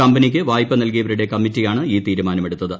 കമ്പനിക്ക് വായ്പ നൽകിയവരുടെ കമ്മിറ്റിയാണ് ഈ തീരുമാനമെടുത്തത്